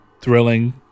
thrilling